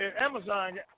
Amazon